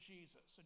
Jesus